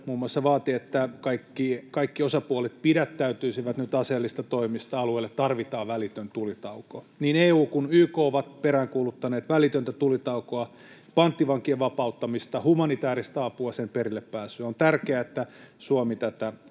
muun muassa vaati, että kaikki osapuolet pidättäytyisivät nyt aseellisista toimista. Alueelle tarvitaan välitön tulitauko. Niin EU kuin YK ovat peräänkuuluttaneet välitöntä tulitaukoa, panttivankien vapauttamista, humanitääristä apua, sen perillepääsyä. On tärkeää, että Suomi tätä